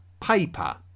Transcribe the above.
paper